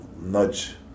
nudge